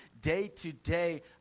day-to-day